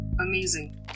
amazing